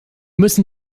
müssen